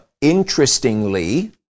Interestingly